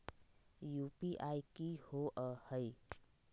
UPI कि होअ हई?